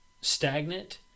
stagnant